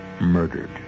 murdered